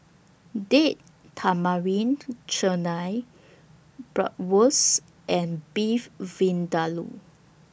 Date Tamarind Chutney Bratwurst and Beef Vindaloo